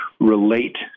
relate